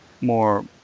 more